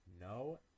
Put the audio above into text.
No